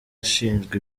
ashinjwa